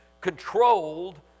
controlled